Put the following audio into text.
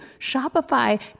Shopify